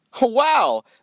Wow